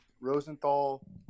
Rosenthal